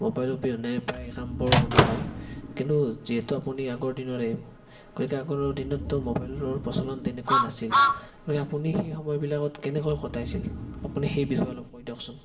মোবাইলৰ অবিহনে প্ৰায় কামবোৰ নহয় কিন্তু যিহেতু আপুনি আগৰ দিনৰে গতিকে আগৰ দিনতটো মোবাইলৰ প্ৰচলন তেনেকুৱা নাছিল গতিকে আপুনি সেই সময়বিলাকত কেনেকুৱা কটাইছিল আপুনি সেই বিষয়ে অলপ কৈ দিয়কচোন